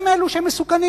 הם אלו שמסוכנים.